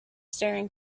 staring